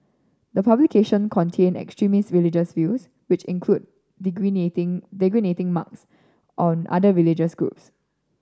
the publication contain extremist religious views which include denigrating denigrating remarks on other religious groups